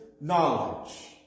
knowledge